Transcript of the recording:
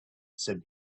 said